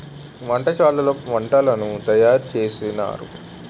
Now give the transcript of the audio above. వంటశాలలో వంటలను తయారు చేసినారు